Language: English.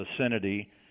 vicinity